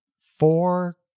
four